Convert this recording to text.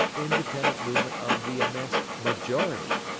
independent movement of the immense majority,